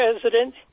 president